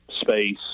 space